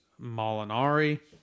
Molinari